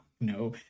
no